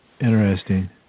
Interesting